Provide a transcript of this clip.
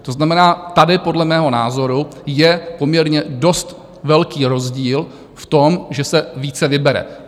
To znamená, tady podle mého názoru je poměrně dost velký rozdíl v tom, že se více vybere.